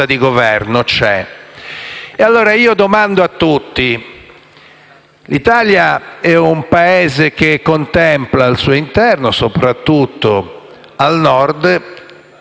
di Governo c'è. Pongo allora una domanda a tutti. L'Italia è un Paese che contempla al suo interno, soprattutto al Nord,